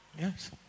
yes